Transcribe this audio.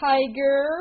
Tiger